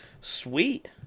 Sweet